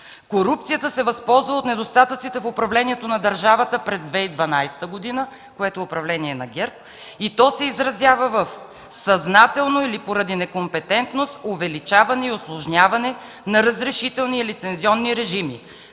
„Корупцията се възползва от недостатъците в управлението на държавата през 2012 г., (което е управление на ГЕРБ) и то се изразява в съзнателно или поради некомпетентност увеличаване и усложняване на разрешителни и лицензионни режими;